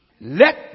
Let